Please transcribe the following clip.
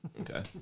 Okay